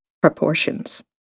proportions